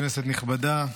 כנסת נכבדה,